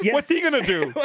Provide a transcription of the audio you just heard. yeah what's he gonna do?